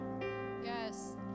Yes